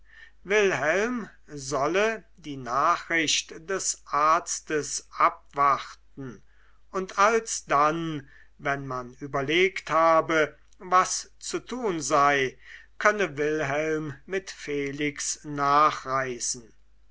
wilhelm solle die nachricht des arztes abwarten und alsdann wenn man überlegt habe was zu tun sei könne wilhelm mit felix nachreisen